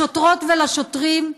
לשוטרות ולשוטרים,